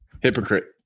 Hypocrite